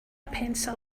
pencil